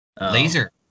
Laser